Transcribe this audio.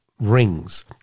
rings